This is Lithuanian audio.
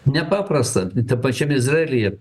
nepaprasta tam pačiam izraelyje